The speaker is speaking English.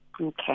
Okay